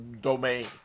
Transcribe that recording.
domain